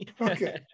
Okay